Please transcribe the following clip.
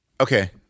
okay